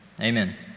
Amen